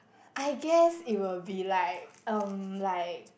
I guess it will be like um like